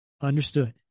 Understood